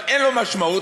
אין לו משמעות,